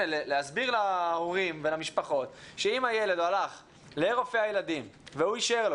להסביר להורים ולמשפחות שאם הילד הלך לרופא הילדים והוא אישר לו